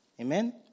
Amen